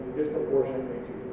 disproportionately